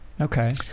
Okay